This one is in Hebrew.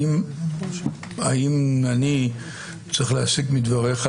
האם אני צריך להסיק מדבריך,